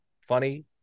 funny